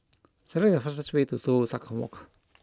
select the fastest way to Toh Tuck Walk